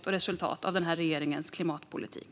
Det är resultatet av denna regerings klimatpolitik.